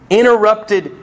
interrupted